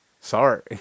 sorry